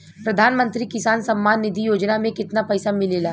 प्रधान मंत्री किसान सम्मान निधि योजना में कितना पैसा मिलेला?